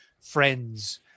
friends